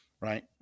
Right